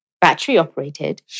battery-operated